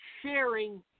sharing